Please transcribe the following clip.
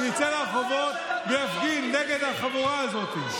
שיצא לרחובות ויפגין נגד החבורה הזאת.